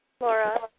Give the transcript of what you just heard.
Laura